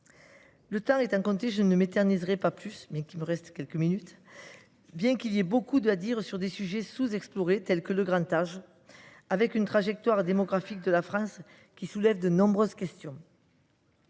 Le temps étant compté, je ne m’éterniserai pas davantage, bien qu’il y ait beaucoup à dire sur des sujets sous explorés, tels que le grand âge, avec une trajectoire démographique de la France qui soulève de nombreuses questions.